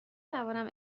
توانم